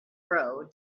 grow